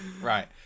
Right